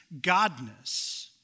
godness